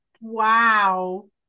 Wow